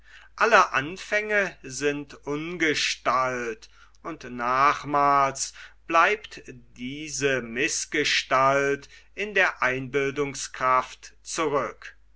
alle anfänge sind ungestalt und nachmals bleibt diese mißgestalt in der einbildungskraft zurück